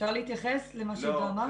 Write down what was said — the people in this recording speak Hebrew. אפשר להתייחס למה שעידו אמר?